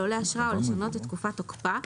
לא לאשרה או לשנות את תקופת תוקפה,